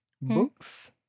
books